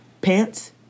pants